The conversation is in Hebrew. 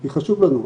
כי חשוב לנו,